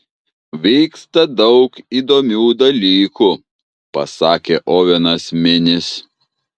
vyksta daug įdomių dalykų pasakė ovenas minis